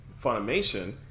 Funimation